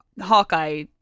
Hawkeye